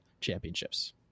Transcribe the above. championships